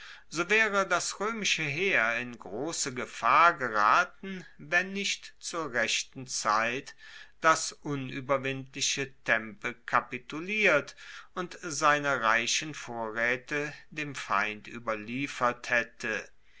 so waere das roemische heer in grosse gefahr geraten wenn nicht zur rechten zeit das unueberwindliche tempe kapituliert und seine reichen vorraete dem feind ueberliefert haette